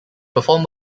performed